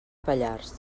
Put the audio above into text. pallars